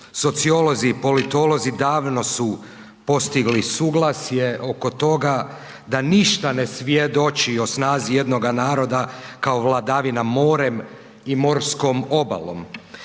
sociolozi i politolozi davno su postigli suglasje oko toga da ništa ne svjedoči o snazi jednoga naroda kao vladavina morem i morskom obalom.